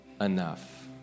enough